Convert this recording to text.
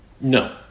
No